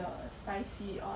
the oil spicy [one] ah